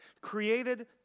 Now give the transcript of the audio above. created